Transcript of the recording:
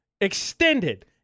extended